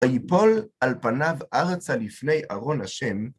היפול על פניו ארצה לפני ארון השם